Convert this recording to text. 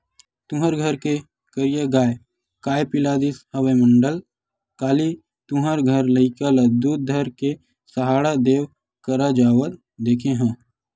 तुँहर घर के करिया गाँय काय पिला दिस हवय मंडल, काली तुँहर घर लइका ल दूद धर के सहाड़ा देव करा जावत देखे हँव?